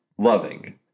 loving